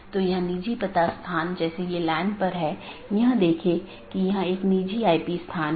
सबसे अच्छा पथ प्रत्येक संभव मार्गों के डोमेन की संख्या की तुलना करके प्राप्त किया जाता है